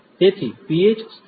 તેથી પીએચ સ્તર